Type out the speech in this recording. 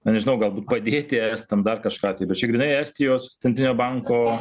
na nežinau galbūt padėti estam dar kažką tai bet čia grynai estijos centrinio banko